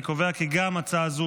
נרשום, אבל לא נשנה את התוצאה.